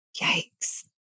Yikes